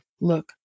Look